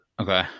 Okay